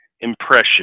impression